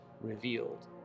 revealed